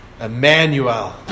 Emmanuel